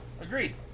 agreed